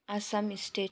Assam state